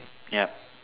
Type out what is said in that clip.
yup